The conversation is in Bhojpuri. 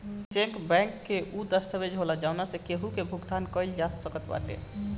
चेक बैंक कअ उ दस्तावेज होला जवना से केहू के भुगतान कईल जा सकत बाटे